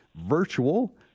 virtual